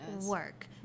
work